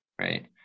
right